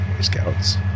scouts